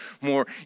more